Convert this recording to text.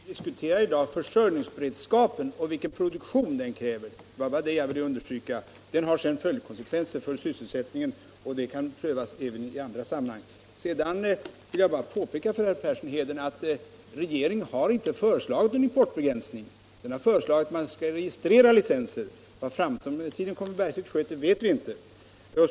Herr talman! Vi diskuterar i dag försörjningsberedskapen och vilken produktion den kräver. Det var detta jag ville understryka. Den frågan har sedan konsekvenser för sysselsättningen, och det kan prövas även i andra sammanhang. Sedan vill jag påpeka för herr Persson i Heden att regeringen inte har föreslagit någon allmän importbegränsning för textilier. Den har föreslagit att man skall registrera licenser. Vad framtiden kommer att bära i sitt sköte vet vi inte.